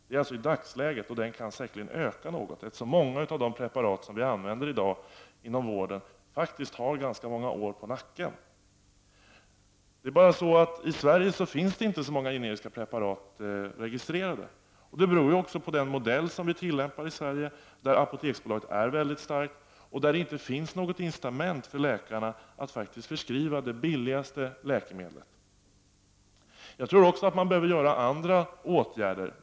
Den marknaden kommer säkert att öka något, eftersom många av de preparat som vi använder i dag inom vården faktiskt hzr ganska många år på nacken. I Sverige finns det inte så många generiska preparat registrerade. Det beror också på den modell som vi tillämpar i Sverige, där Apoteksbolaget är väldigt starkt och där det inte finns något incitament för läkarna att förskriva det billigaste läkemedlet. Jag tror också att man behöver vidta andra åtgärder.